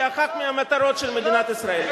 כאחת מהמטרות של מדינת ישראל.